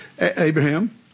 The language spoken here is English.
Abraham